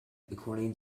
according